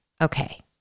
Okay